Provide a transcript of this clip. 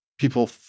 People